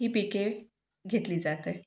ही पिके घेतली जात आहे